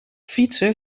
fietser